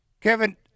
Kevin